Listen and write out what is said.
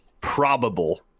probable